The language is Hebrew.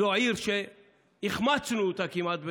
זו העיר שהחמצנו אותה כמעט,